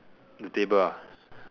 the table ah